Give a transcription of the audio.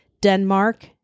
Denmark